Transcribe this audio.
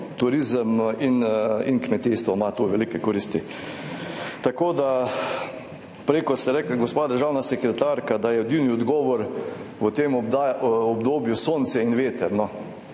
turizem in kmetijstvo imata tu velike koristi. Ko ste prej rekli, gospa državna sekretarka, da je edini odgovor v tem obdobju sonce in veter,